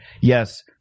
yes